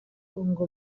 ngo